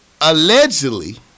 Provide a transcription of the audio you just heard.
allegedly